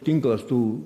tinklas tų